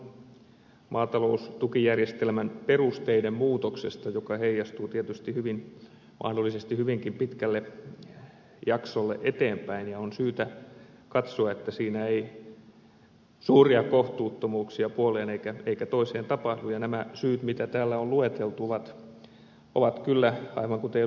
kysymyshän on maataloustukijärjestelmän perusteiden muutoksesta joka heijastuu tietysti mahdollisesti hyvinkin pitkälle jaksolle eteenpäin ja on syytä katsoa että siinä ei suuria kohtuuttomuuksia puoleen eikä toiseen tapahdu ja nämä syyt mitä täällä on lueteltu ovat kyllä aivan kuten ed